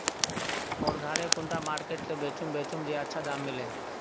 मोर धानेर कुंडा मार्केट त बेचुम बेचुम जे अच्छा दाम मिले?